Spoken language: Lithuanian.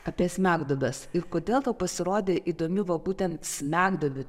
apie smegduobes ir kodėl tau pasirodė įdomi va būtent smegduobių